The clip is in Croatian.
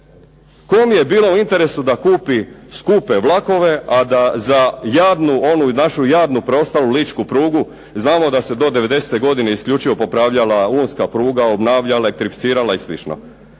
Kom je bilo u interesu da kupi skupe vlakove, a da za javnu, onu našu jadnu preostalu ličku prugu, znamo da se do devedesete godine isključivo popravljala Unska pruga, obnavljala, elektrificirala i